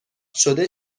شده